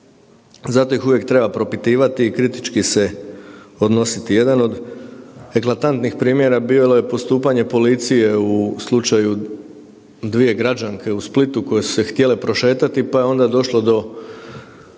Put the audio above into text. Zato ih uvijek treba propitivati i kritički se odnositi. Jedan od eklatantnih primjera bilo je postupanje policije u slučaju dvije građanke u Splitu koje su se htjele prošetati pa je onda došlo do,